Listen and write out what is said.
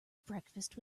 breakfast